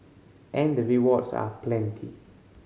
and the rewards are plenty